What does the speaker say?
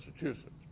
Massachusetts